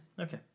Okay